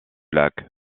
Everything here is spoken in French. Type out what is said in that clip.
lac